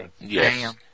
Yes